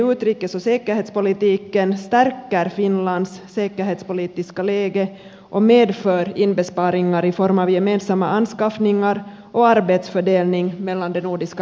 samarbetet i utrikes och säkerhetspolitiken stärker finlands säkerhetspolitiska läge och medför inbesparingar i form av gemensamma anskaffningar och arbetsfördelning mellan de nordiska länderna